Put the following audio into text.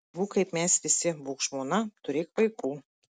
būk kaip mes visi būk žmona turėk vaikų